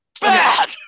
bad